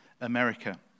America